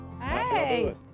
Hey